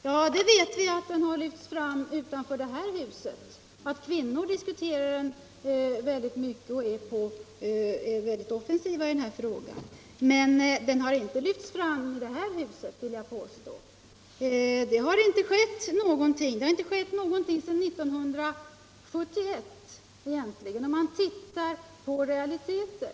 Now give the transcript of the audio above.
Ja, det vet vi att den har lyfts fram utanför det här huset, att kvinnor diskuterar väldigt mycket och är offensiva i den här frågan. Men den har inte lyfis fram i det här huset, vill jag påstå. Det har egentligen inte skett någonting sedan 1971, om man ser på realiteter.